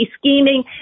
scheming